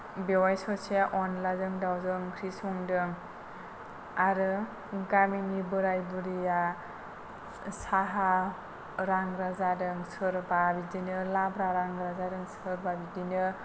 बेवाइ सासेया अनलाजों दाउजों ओंख्रि संदों आरो गामिनि बोराय बुरैया साहा रानग्रा जादों सोरबा बिदिनो लाब्रा रानग्रा जादों सोरबा बिदिनो